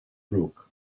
brook